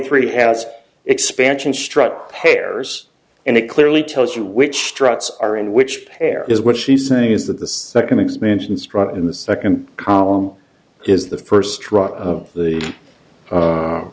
three has expansion struck pairs and it clearly tells you which struts are in which pair is what she's saying is that the second expansion struck in the second column is the first run of the